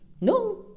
no